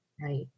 Right